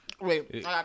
Wait